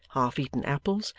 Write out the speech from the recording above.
half-eaten apples,